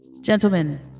Gentlemen